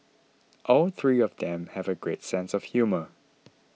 all three of them have great sense of humour